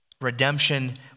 redemption